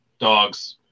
dogs